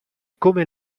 come